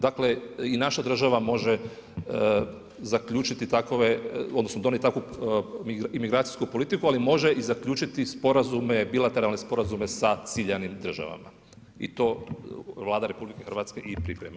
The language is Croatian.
Dakle i naša država može zaključiti takve odnosno donijet takvu imigracijsku politiku ali može i zaključiti sporazume, bilateralne sporazume sa ciljanim državama i to Vlada RH i priprema.